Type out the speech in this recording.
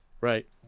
Right